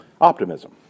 Optimism